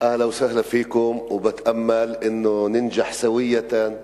להלן תרגומם לעברית: